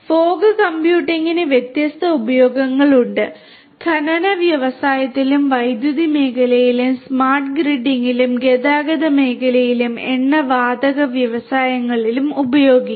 fog കമ്പ്യൂട്ടിംഗിന് വ്യത്യസ്ത ഉപയോഗങ്ങളുണ്ട് ഖനന വ്യവസായത്തിലും വൈദ്യുതി മേഖലയിലും സ്മാർട്ട് ഗ്രിഡിലും ഗതാഗത മേഖലയിലും എണ്ണ വാതക വ്യവസായത്തിലും മറ്റും ഉപയോഗിക്കാം